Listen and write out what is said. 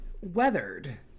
weathered